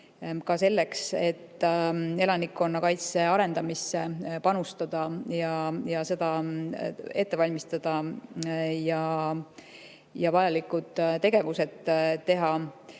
ka selleks, et elanikkonna kaitse arendamisse panustada, seda ette valmistada ja vajalikud tegevused teha.